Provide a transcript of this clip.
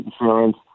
insurance